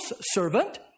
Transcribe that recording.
servant